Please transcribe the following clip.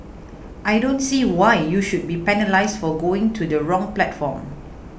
I don't see why you should be penalised for going to the wrong platform